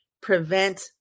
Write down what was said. prevent